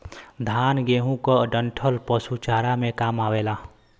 धान, गेंहू क डंठल पशु चारा में काम आवेला